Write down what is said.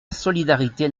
solidarité